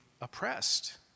oppressed